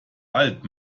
alt